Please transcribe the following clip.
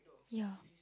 ya